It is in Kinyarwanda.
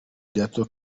gato